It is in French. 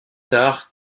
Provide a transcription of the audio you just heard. tard